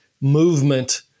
movement